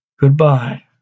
Goodbye